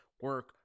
Work